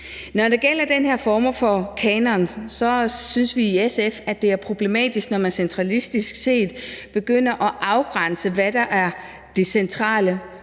Når det gælder den her form for kanon, synes vi i SF, at det er problematisk, når man centralistisk set begynder at afgrænse, hvad der er det centrale. For